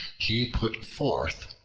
he put forth,